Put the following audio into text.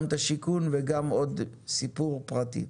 גם את השיכון וגם עוד סיפור פרטי.